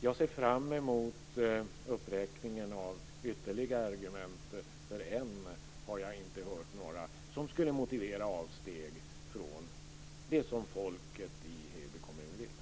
Jag ser fram emot uppräkningen av ytterligare argument, för än har jag inte hört några som skulle motivera avsteg från det som folket i Heby kommun vill.